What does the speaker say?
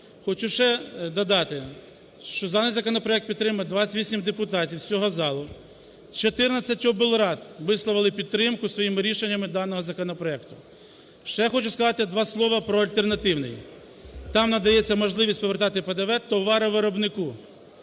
Хочу ще додати, що даний законопроект підтримує 28 депутатів з цього залу, 14 облрад висловили підтримку своїми рішеннями даного законопроекту. Ще хочу сказати два слова про альтернативний. Там надається можливість повертати ПДВ товаровиробнику.